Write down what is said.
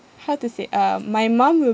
how to say uh my mum will